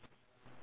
okay